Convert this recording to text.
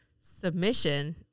submission